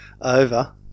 over